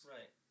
Right